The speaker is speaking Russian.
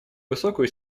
высокую